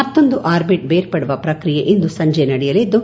ಮತ್ತೊಂದು ಆರ್ಬಿಟ್ ಬೇರ್ಪಡುವ ಪ್ರಕ್ರಿಯೆ ಇಂದು ಸಂಜೆ ನಡೆಯಲಿದ್ದು